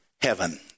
heaven